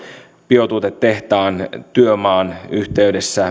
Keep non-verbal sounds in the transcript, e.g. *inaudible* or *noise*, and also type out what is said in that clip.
biotuotetehtaan työmaan yhteydessä *unintelligible*